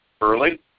early